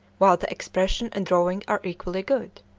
while the expression and drawing are equally good.